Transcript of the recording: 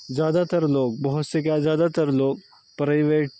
زیادہ تر لوگ بہت سے کیا زیادہ تر لوگ پریویٹ